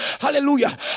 hallelujah